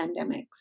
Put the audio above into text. pandemics